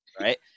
right